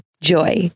Joy